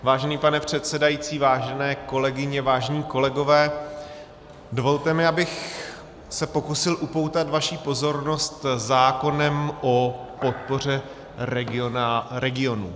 Vážený pane předsedající, vážené kolegyně, vážení kolegové, dovolte mi, abych se pokusil upoutat vaši pozornost zákonem o podpoře regionů.